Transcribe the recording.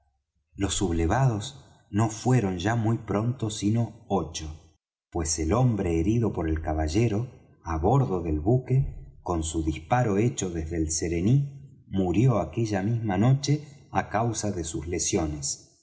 los sublevados no fueron ya muy pronto sino ocho pues el hombre herido por el caballero á bordo del buque con su disparo hecho desde el serení murió aquella misma noche á causa de sus lesiones